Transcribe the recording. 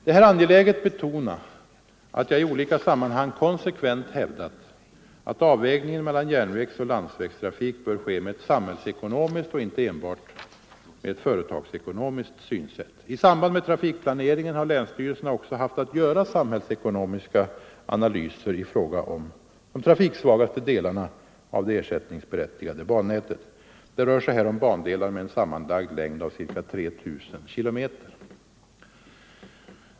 Det är här angeläget betona, att jag i olika sammanhang konsekvent hävdat, att avvägningen mellan järnvägsoch landsvägstrafik bör ske med ett samhällsekonomiskt och inte enbart med ett företagsekonomiskt synsätt. I samband med trafikplanceringen har länsstyrelserna också haft att göra samhällsekonomiska analyser i fråga om de trafiksvagaste delarna av det ersättningsberättigade bannätet. Det rör sig här om bandelar med en sammanlagd längd av ca 3000 km.